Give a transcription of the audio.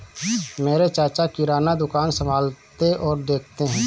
मेरे चाचा किराना दुकान संभालते और देखते हैं